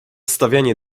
stawianie